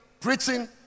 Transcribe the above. preaching